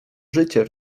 życie